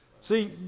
See